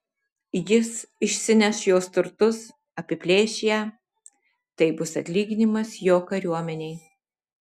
jis išsineš jos turtus apiplėš ją tai bus atlyginimas jo kariuomenei